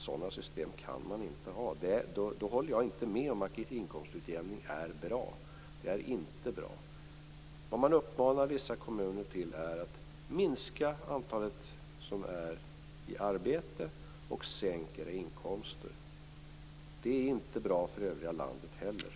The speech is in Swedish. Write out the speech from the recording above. Sådana system kan man inte ha. Jag kan inte hålla med om att inkomstutjämning är bra, för det är inte bra. Vad man uppmanar vissa kommuner till är: Minska det antal som är i arbete och sänk era inkomster. Detta är inte bra heller för övriga landet.